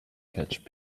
catch